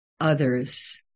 others